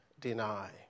deny